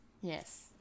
Yes